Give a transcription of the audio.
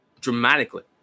Dramatically